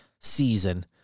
season